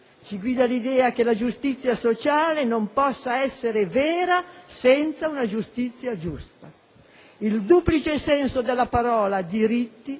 Ci guida l'idea che la giustizia sociale non possa essere vera senza una giustizia giusta. Il duplice senso della parola "diritti"